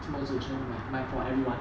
什么意思全部买买 for everyone